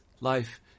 life